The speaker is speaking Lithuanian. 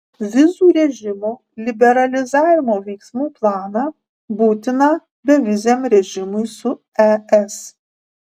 vizų režimo liberalizavimo veiksmų planą būtiną beviziam režimui su es